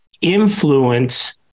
influence